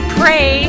pray